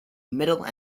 middle